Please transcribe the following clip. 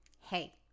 Hey